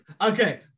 Okay